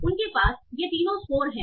उनके पास ये तीनों स्कोर हैं